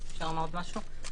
אפשר לומר משהו?